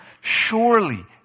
Surely